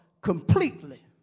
completely